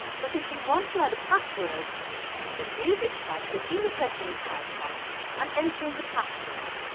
but if you want to add a password you can do this by clicking the settings icon and entering the password.